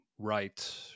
right